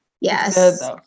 yes